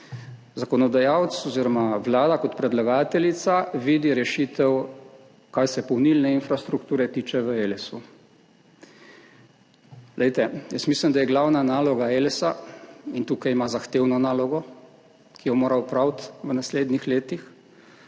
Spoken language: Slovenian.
Zakonodajalec oziroma Vlada kot predlagateljica vidi rešitev, kar se polnilne infrastrukture tiče, v Elesu. Glejte, jaz mislim, da je glavna naloga Elesa – in tukaj ima zahtevno nalogo, ki jo mora opraviti v naslednjih letih